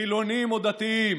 חילונים או דתיים,